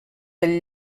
del